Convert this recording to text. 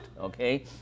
okay